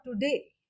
today